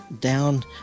down